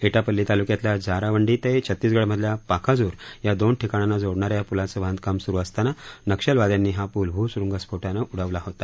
एटापल्ली तालुक्यातल्या जारावंडी ते छत्तीसगडमधल्या पाखाज्र या दोन ठिकाणांना जोडणाऱ्या या प्लाचं बांधकाम सुरु असताना नक्षलवाद्यांनी हा पूल भू सुरुंग स्फोटानं उडवला होता